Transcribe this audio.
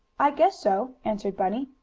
i guess so, answered bunny.